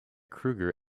krueger